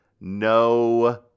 no